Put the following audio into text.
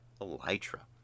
elytra